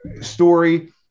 story